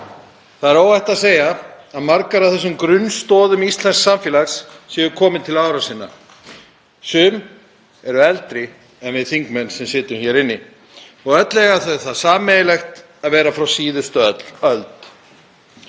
Það er óhætt að segja að margar af þessum grunnstoðum íslensks samfélags séu komnar til ára sinna. Sumar eru eldri en við þingmenn sem sitjum hér inni. Allar eiga þær það sameiginlegt að vera frá síðustu öld.